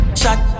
shot